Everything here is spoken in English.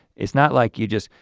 it's not like you just.